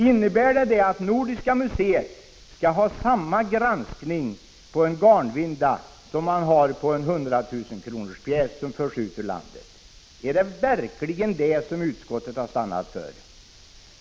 Innebär detta att Nordiska museet skall göra samma granskning på en garnvinda som på en pjäs i hundratusenkronorsklassen som förs ut ur landet? Är det verkligen det som utskottet har stannat för?